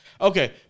Okay